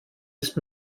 ist